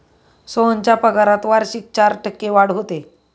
सोहनच्या पगारात वार्षिक चार टक्के वाढ होते